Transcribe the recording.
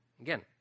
Again